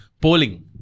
polling